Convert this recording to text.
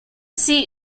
seat